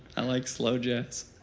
i like slow jazz.